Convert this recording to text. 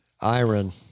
Iron